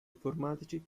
informatici